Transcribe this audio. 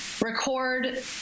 record